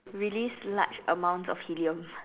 release large amounts of helium